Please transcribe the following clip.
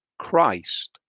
christ